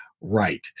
right